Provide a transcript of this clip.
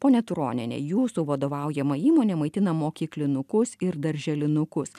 ponia turoniene jūsų vadovaujama įmonė maitina mokyklinukus ir darželinukus